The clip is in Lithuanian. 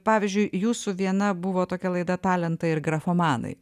pavyzdžiui jūsų viena buvo tokia laida talentai ir grafomanai